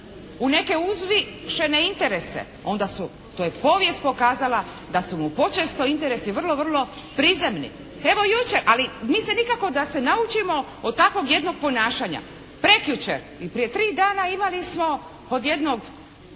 u neke uzvišene interese onda su, to je povijest pokazala da su mu počesto interesi vrlo, vrlo prizemni. Evo jučer, ali mi se nikako da se naučimo od takvog jednog ponašanja. Prekjučer i prije 3 dana imali smo od jednog